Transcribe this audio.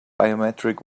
biometric